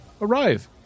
arrive